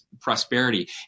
prosperity